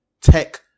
tech